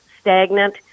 stagnant